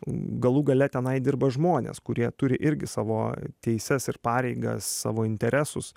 galų gale tenai dirba žmonės kurie turi irgi savo teises ir pareigas savo interesus